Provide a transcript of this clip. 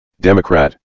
Democrat